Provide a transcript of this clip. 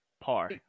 par